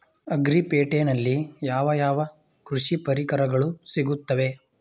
Agri ಪೇಟೆನಲ್ಲಿ ಯಾವ ಯಾವ ಕೃಷಿ ಪರಿಕರಗಳು ಸಿಗುತ್ತವೆ?